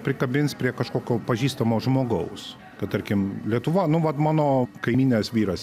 prikabins prie kažkokio pažįstamo žmogaus kad tarkim lietuva nu vat mano kaimynės vyras